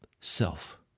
self